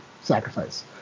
sacrifice